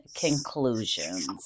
conclusions